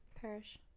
Perish